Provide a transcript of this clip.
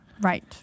Right